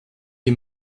die